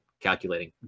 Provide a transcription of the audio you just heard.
calculating